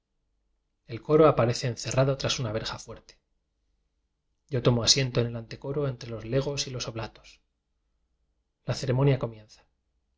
coro aparece encerrado tras una verja fuerte yo tomo asiento en el